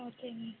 ஓகேங்க